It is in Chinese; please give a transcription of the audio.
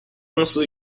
公司